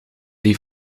die